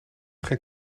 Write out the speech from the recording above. geen